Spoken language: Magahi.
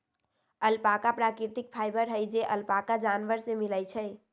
अल्पाका प्राकृतिक फाइबर हई जे अल्पाका जानवर से मिलय छइ